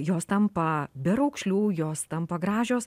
jos tampa be raukšlių jos tampa gražios